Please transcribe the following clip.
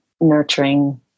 nurturing